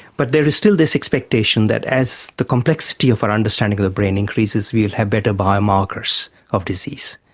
but there is still this expectation that as the complexity of our understanding of the brain increases we will have better biomarkers of disease,